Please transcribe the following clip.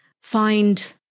find